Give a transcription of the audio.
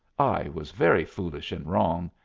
i was very foolish and wrong.